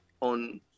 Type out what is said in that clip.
on